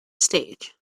stage